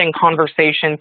conversations